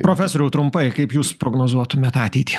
profesoriau trumpai kaip jūs prognozuotumėt ateitį